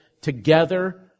together